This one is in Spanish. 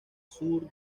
sur